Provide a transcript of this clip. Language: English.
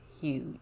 huge